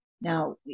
Now